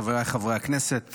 חבריי חברי הכנסת,